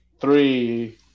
three